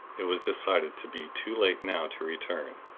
it was decided to be too late now to return.